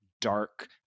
dark